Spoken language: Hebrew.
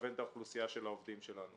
לגוון את האוכלוסייה של העובדים שלנו.